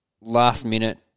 last-minute